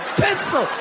pencil